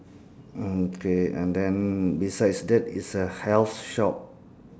mm okay and then besides that is a health shop